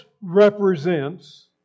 represents